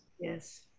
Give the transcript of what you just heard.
Yes